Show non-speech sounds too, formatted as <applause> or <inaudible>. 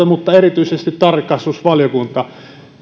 <unintelligible> mutta erityisesti tarkastusvaliokunnasta